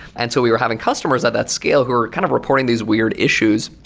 and so we were having customers at that scale who were kind of reporting these weird issues.